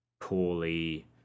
poorly